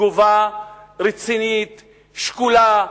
תגובה רצינית שקולה.